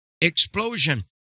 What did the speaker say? explosion